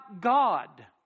God